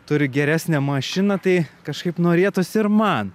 turi geresnę mašiną tai kažkaip norėtųsi ir man